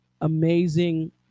amazing